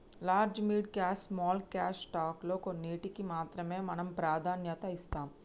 large mid cash small cash stock లో కొన్నింటికీ మాత్రమే మనం ప్రాధాన్యత ఇస్తాం